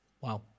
Wow